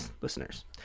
listeners